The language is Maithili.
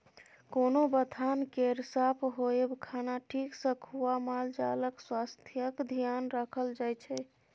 कोनो बथान केर साफ होएब, खाना ठीक सँ खुआ मालजालक स्वास्थ्यक धेआन राखल जाइ छै